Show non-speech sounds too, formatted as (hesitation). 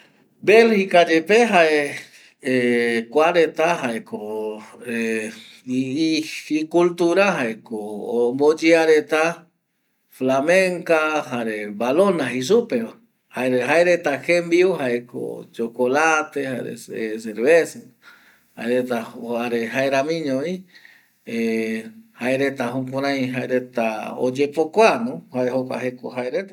Belgica yepe jae (hesitation) kuareta jaeko (hesitation) icultura jaeko omboyea reta flamenca jare balona jei supeva jare jaereta jeimbiu jaeko chokolate jare cerveza jaereta jare ajeramiñovi (hesitation) jaereta jukurai jaereta oyepokuano jae jokua jeko jaereta